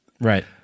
Right